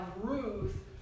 Ruth